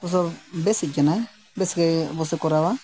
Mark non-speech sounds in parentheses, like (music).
(unintelligible) ᱵᱮᱥᱤᱡ ᱠᱟᱱᱟᱭ ᱵᱮᱥ ᱜᱮ ᱚᱵᱚᱥᱥᱳᱭ ᱠᱚᱨᱟᱣᱟ